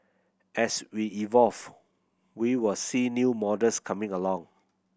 as we evolve we was see new models coming along